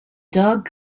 dog